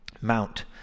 Mount